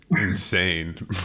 insane